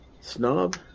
Snob